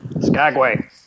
Skagway